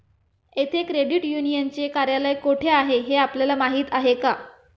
येथे क्रेडिट युनियनचे कार्यालय कोठे आहे हे आपल्याला माहित आहे का?